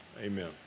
amen